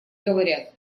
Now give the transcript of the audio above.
говорят